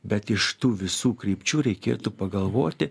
bet iš tų visų krypčių reikėtų pagalvoti